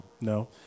no